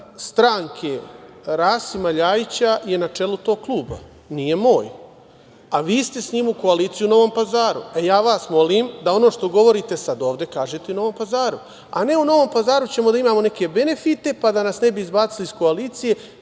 stranke Rasima Ljajića je na čelu tog kluba. Nije moj, a vi ste sa njim u koaliciji u Novom Pazaru, a ja vas molim da ono što govorite sada ovde kažete i u Novom Pazaru, a ne u Novom Pazaru ćemo da imamo neke benefite, pa da nas ne bi izbacili iz koalicije,